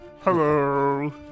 Hello